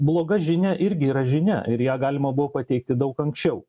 bloga žinia irgi yra žinia ir ją galima buvo pateikti daug anksčiau